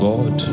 God